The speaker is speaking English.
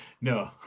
No